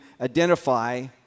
identify